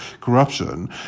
corruption